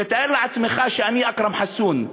תאר לעצמך שאני, אכרם חסון,